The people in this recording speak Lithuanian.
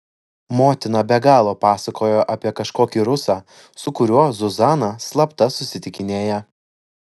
motina be galo pasakojo apie kažkokį rusą su kuriuo zuzana slapta susitikinėja